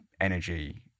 energy